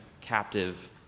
captive